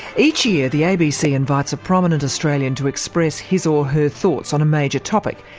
each year the abc invites a prominent australian to express his or her thoughts on a major topic.